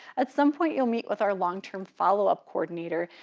at some point you'll meet with our long-term follow-up coordinator.